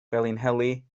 felinheli